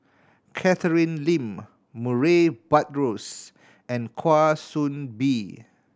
Catherine Lim Murray Buttrose and Kwa Soon Bee